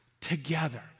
together